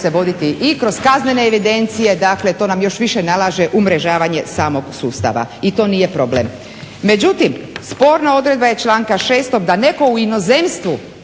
i kroz kaznene evidencije, dakle to nam još više nalaže umrežavanje samog sustava i to nije problem. Međutim, sporna odredba je članka 6. da netko u inozemstvu